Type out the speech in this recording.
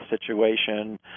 situation